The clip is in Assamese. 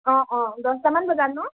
অঁ অঁ দছটামান বজাত ন